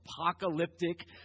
apocalyptic